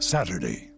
Saturday